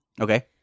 Okay